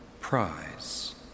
prize